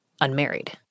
unmarried